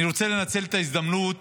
אני רוצה לנצל את ההזדמנות